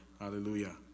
Hallelujah